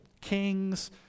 kings